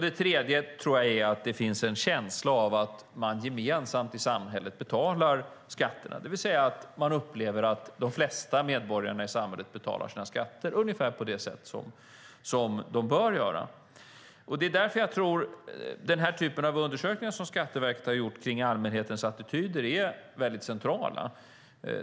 Det tredje tror jag är att det finns en känsla av att man gemensamt i samhället betalar skatterna, det vill säga att man upplever att de flesta medborgare i samhället betalar sina skatter ungefär på det sätt som de bör göra. Det är därför jag tror att denna typ av undersökningar som Skatteverket har gjort om allmänhetens attityder är centrala.